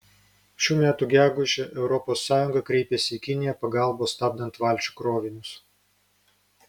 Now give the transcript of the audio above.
šių metų gegužę europos sąjunga kreipėsi į kiniją pagalbos stabdant valčių krovinius